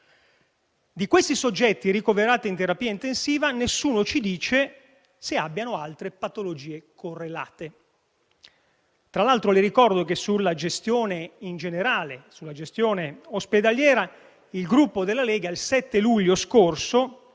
Dei soggetti ricoverati in terapia intensiva nessuno ci dice se abbiano altre patologie correlate. Tra l'altro le ricordo che sulla gestione ospedaliera in generale, il Gruppo Lega il 7 luglio scorso